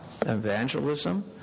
Evangelism